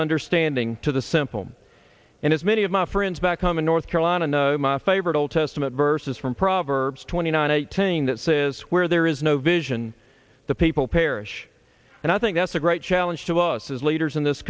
understanding to the simple and as many of my friends back home in north korea on and my favorite old testament verses from proverbs twenty nine eighteen that says where there is no vision the people perish and i think that's a great challenge to us as leaders in this